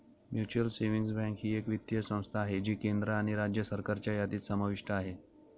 mutual savings bank ही एक वित्तीय संस्था आहे जी केंद्र आणि राज्य सरकारच्या यादीत समाविष्ट आहे